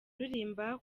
uririmba